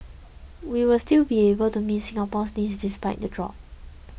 we will still be able to meet Singapore's needs despite the drop